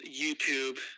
YouTube